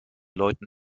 leuten